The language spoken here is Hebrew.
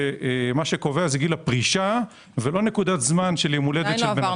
כאשר מה שקובע הוא גיל הפרישה ולא נקודת זמן של יום הולדת של אדם.